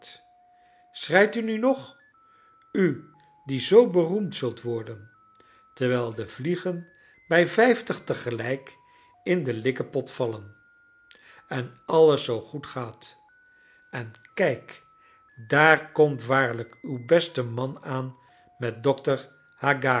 schreit u nu nog u die zoo beroemd zult worden terwijl de vliegen bij vijftig tegelijk in den likkepot vallen en alles zoo goed gaat en kijk daar koml waarlijk uw beste man a an met dokter